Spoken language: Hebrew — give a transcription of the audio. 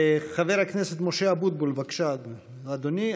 חבר הכנסת משה אבוטבול, בבקשה, אדוני.